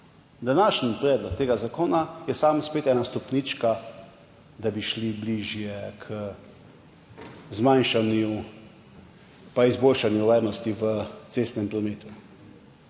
Današnji predlog tega zakona je samo spet ena stopnička, da bi šli bližje izboljšanju varnosti v cestnem prometu.